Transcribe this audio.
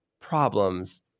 problems